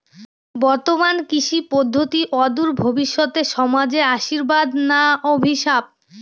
বর্তমান কৃষি পদ্ধতি অদূর ভবিষ্যতে সমাজে আশীর্বাদ না অভিশাপ?